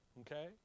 Okay